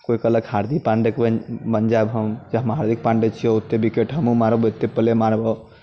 कोइ कहलक हार्दिक पाण्डे बनि बनि जायब हम चाहे हम हार्दिक पाण्डे छियै ओते विकेट हमहुँ मारबै ओते प्ले मारबो